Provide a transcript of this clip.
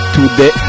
Today